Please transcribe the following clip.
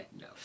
no